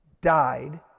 died